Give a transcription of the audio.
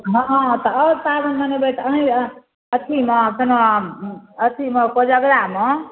हाँ तऽ आओर पाबनि मनेबै अहीँ आएब अथीमे जेना अथीमे कोजगरामे